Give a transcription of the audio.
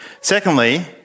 Secondly